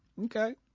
Okay